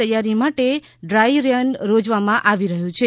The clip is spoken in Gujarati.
તૈયારી માટે ડ્રાય રન યોજવામાં આવી રહ્યુ છે